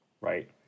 Right